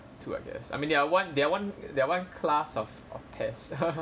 two I guess I mean they are one they are one they are one class of of pests